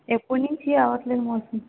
ఎప్పటి నుంచి అవ్వటం లేదు మోషన్